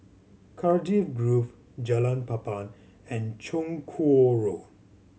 Cardiff Grove Jalan Papan and Chong Kuo Road